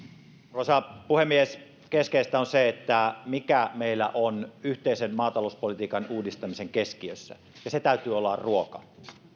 arvoisa puhemies keskeistä on se mikä meillä on yhteisen maatalouspolitiikan uudistamisen keskiössä ja sen täytyy olla ruoka